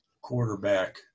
quarterback